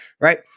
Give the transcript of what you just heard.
right